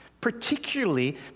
Particularly